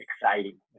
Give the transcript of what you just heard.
exciting